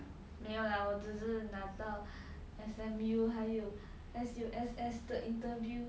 没有 lah 我只是拿到 S_M_U 还有 S_U_S_S 的 interview